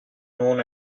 known